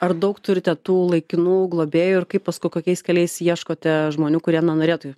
ar daug turite tų laikinų globėjų ir kaip paskui kokiais keliais ieškote žmonių kurie na norėtų